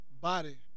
body